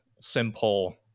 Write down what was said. simple